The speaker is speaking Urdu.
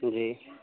پوری